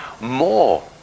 more